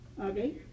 okay